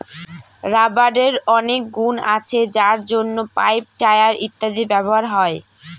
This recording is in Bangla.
রাবারের অনেক গুন আছে যার জন্য পাইপ, টায়ার ইত্যাদিতে ব্যবহার হয়